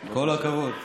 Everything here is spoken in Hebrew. כל הכבוד.